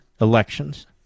elections